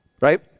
Right